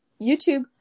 YouTube